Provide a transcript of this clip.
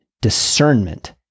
discernment